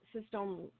system